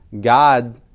God